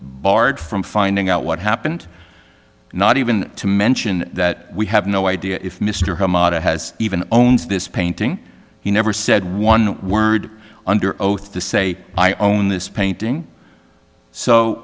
barred from finding out what happened not even to mention that we have no idea if mr hamada has even owns this painting he never said one word under oath to say i own this painting so